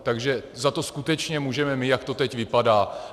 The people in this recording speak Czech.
Takže za to skutečně můžeme my, jak to teď vypadá.